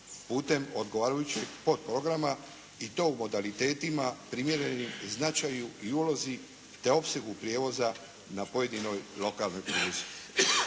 putem odgovarajućih podprograma i to u modalitetima primjerenim značaju i ulozi te opsegu prijevoza na pojedinoj lokalnoj pruzi.